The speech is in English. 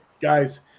Guys